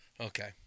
Okay